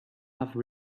have